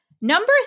Number